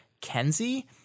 Kenzie